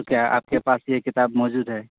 تو کیا آپ کے پاس یہ کتاب موجود ہے